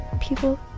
people